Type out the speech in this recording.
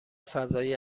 فضای